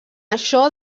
això